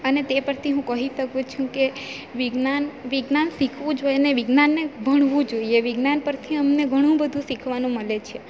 અને તે પરથી હું કહી શકું છું કે વિજ્ઞાન વિજ્ઞાન શીખવું જોઈએ અને વિજ્ઞાનને ભણવું જોઈએ વિજ્ઞાન પરથી અમને ઘણું બધું શીખવાનું મળે છે